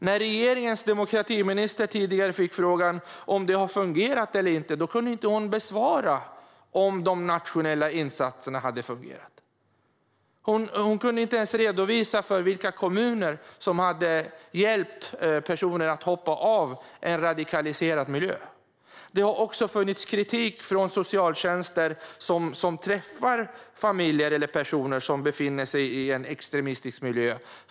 När regeringens demokratiminister tidigare fick frågan om det har fungerat eller inte kunde hon inte svara på om de nationella insatserna hade fungerat. Hon kunde inte ens redogöra för vilka kommuner som hade hjälpt personer att hoppa av en radikaliserad miljö. Det har också funnits kritik från socialtjänster som träffar familjer eller personer som befinner sig i en extremistisk miljö.